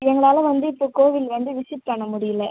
எங்களால் வந்து இப்போது கோவில் வந்து விசிட் பண்ண முடியல